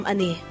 Ani